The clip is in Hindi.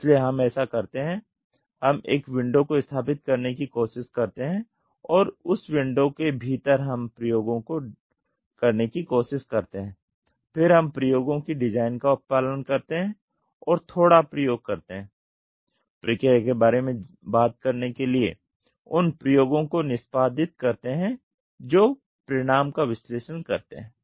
इसलिए हम ऐसा करते हैं हम एक विंडो को स्थापित करने की कोशिश करते हैं और उस विंडो के भीतर हम प्रयोगों को करने की कोशिश करते हैं फिर हम प्रयोगों की डिज़ाइन का पालन करते हैं और थोड़ा प्रयोग करते हैं प्रक्रिया के बारे में बात करने के लिए उन प्रयोगों को निष्पादित करते हैं जो परिणाम का विश्लेषण करते है